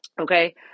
Okay